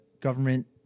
government